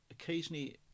occasionally